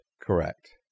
correct